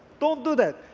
don't do that.